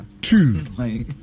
two